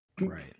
Right